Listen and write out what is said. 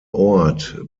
ort